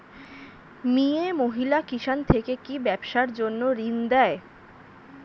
মিয়ে মহিলা কিষান থেকে কি ব্যবসার জন্য ঋন দেয়?